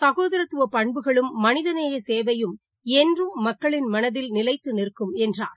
சகோதரத்துவபண்புகளும் மனிதநேயசேவையும் என்றும் மக்களினமனதில் நிலைத்துநிற்கும் என்றார்